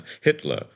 Hitler